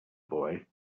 boy